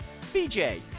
BJ